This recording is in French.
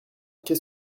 qu’est